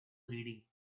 reading